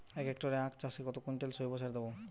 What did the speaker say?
এক হেক্টরে আখ চাষে কত কুইন্টাল জৈবসার দেবো?